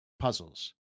puzzles